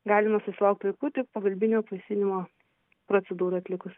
galima susilaukt vaikų tik pagalbinio apvaisinimo procedūrą atlikus